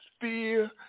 Fear